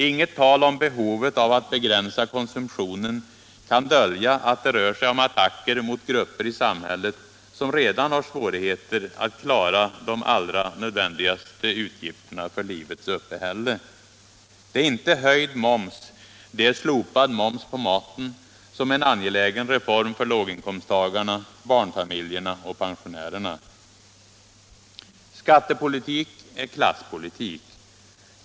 Inget tal om behovet att begränsa konsumtionen kan dölja att det rör sig om attacker mot grupper i samhället som redan har svårigheter att klara de allra nödvändigaste utgifterna för livets uppehälle. Det är inte höjd moms, utan det är slopad moms på maten som är en angelägen reform för låginkomsttagarna, barnfamiljerna och pensionärerna. Skattepolitik är klasspolitik.